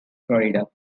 florida